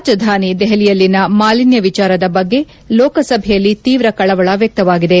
ರಾಜಧಾನಿ ದೆಹಲಿಯಲ್ಲಿನ ಮಾಲಿನ್ಯ ವಿಚಾರದ ಬಗ್ಗೆ ಲೋಕಸಭೆಯಲ್ಲಿ ತೀವ್ರ ಕಳವಳ ವ್ಯಕ್ತವಾಗಿದೆ